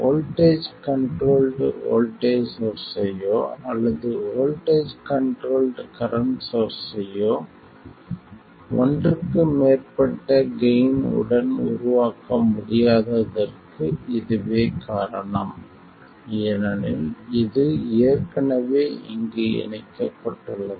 voltage controlled voltage சோர்ஸ்ஸையோ அல்லது voltage controlled current சோர்ஸ்ஸையோ ஒன்றுக்கு மேற்பட்ட கெய்ன் உடன் உருவாக்க முடியாததற்கு இதுவே காரணம் ஏனெனில் இது ஏற்கனவே இங்கு இணைக்கப்பட்டுள்ளது